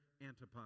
Antipas